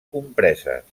compreses